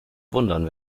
wundern